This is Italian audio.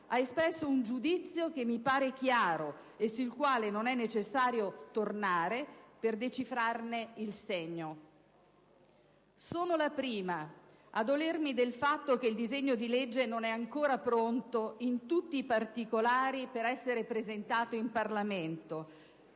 ha espresso un giudizio che mi pare chiaro e sul quale non è necessario tornare per decifrarne il segno. Sono la prima a dolermi del fatto che il disegno di legge non è ancora pronto in tutti i particolari per essere presentato in Parlamento.